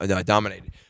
dominated